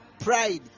pride